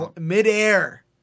Mid-air